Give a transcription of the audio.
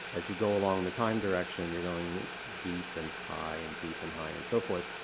as you go along the time direction, you're going deep and high, and deep and high, and so forth.